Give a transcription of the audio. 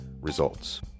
Results